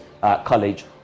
college